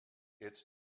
its